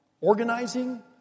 organizing